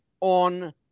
on